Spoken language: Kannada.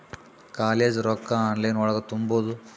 ಕಾಲೇಜ್ ರೊಕ್ಕ ಆನ್ಲೈನ್ ಒಳಗ ತುಂಬುದು?